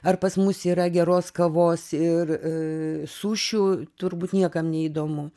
ar pas mus yra geros kavos ir sušių turbūt niekam neįdomu